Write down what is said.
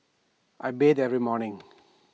I bathe every morning